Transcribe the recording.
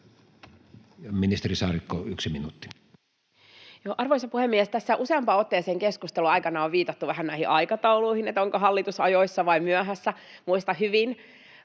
Time: 14:48 Content: Arvoisa puhemies! Tässä useampaan otteeseen keskustelun aikana on viitattu vähän näihin aikatauluihin, että onko hallitus ajoissa vai myöhässä. Muistan hyvin,